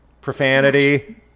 profanity